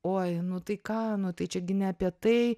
oi nu tai ką nu tai čia gi ne apie tai